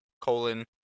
colon